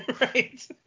Right